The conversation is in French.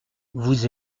vous